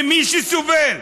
למי שסובל,